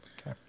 Okay